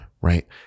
right